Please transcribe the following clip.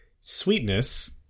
sweetness